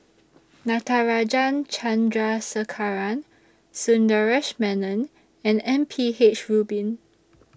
Natarajan Chandrasekaran Sundaresh Menon and M P H Rubin